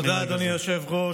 תודה, אדוני היושב-ראש.